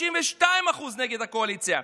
62% נגד הקואליציה,